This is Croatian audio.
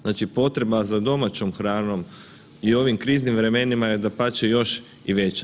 Znači, potreba za domaćom hranom i ovim kriznim vremenima je dapače još i veća.